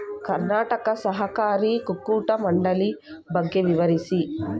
ಕರ್ನಾಟಕ ಸಹಕಾರಿ ಕುಕ್ಕಟ ಮಂಡಳಿ ಬಗ್ಗೆ ವಿವರಿಸಿ?